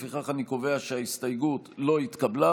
לפיכך אני קובע שההסתייגות לא התקבלה,